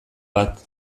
bat